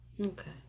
Okay